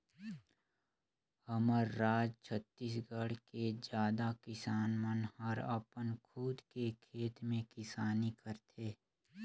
हमर राज छत्तीसगढ़ के जादा किसान मन हर अपन खुद के खेत में किसानी करथे